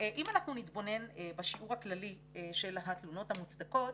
אם אנחנו נתבונן בשיעור הכללי של התלונות המוצדקות,